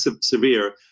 severe